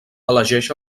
elegeix